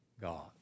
God